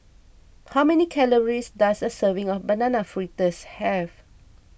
how many calories does a serving of Banana Fritters have